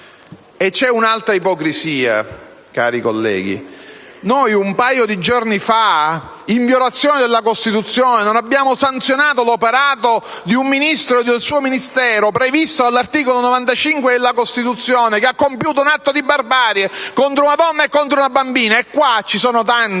C'è un'altra ipocrisia, cari colleghi. Un paio di giorni fa, in violazione della Costituzione, non abbiamo sanzionato l'operato di un Ministro e del suo Ministero, come previsto all'articolo 95 della Costituzione, che ha compiuto un atto di barbarie contro una donna e una bambina. In quest'Aula ci sono tanti